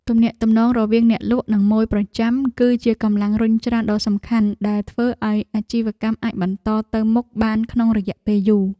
ទំនាក់ទំនងរវាងអ្នកលក់និងម៉ូយប្រចាំ គឺជាកម្លាំងរុញច្រានដ៏សំខាន់ដែលធ្វើឱ្យអាជីវកម្មអាចបន្តទៅមុខបានក្នុងរយៈពេលយូរ។